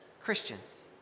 Christians